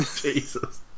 Jesus